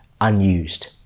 unused